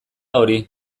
hori